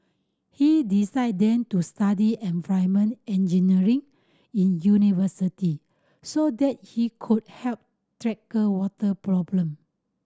he decided then to study environment engineering in university so that he could help tackle water problem